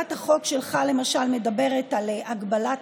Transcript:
הצעת החוק שלך, למשל, מדברת על הגבלת